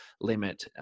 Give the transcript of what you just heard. limit